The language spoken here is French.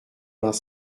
vingt